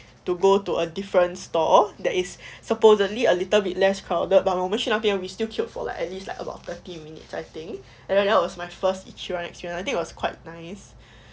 to go to a different store that is supposedly a little bit less crowded but 我们去那边 we still queue for like at least like about thirty minutes I think and then like that was my first ichiran I actually I think was quite nice